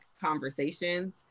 conversations